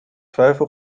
twijfel